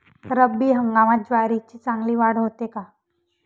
रब्बी हंगामात ज्वारीची चांगली वाढ होते का?